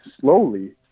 slowly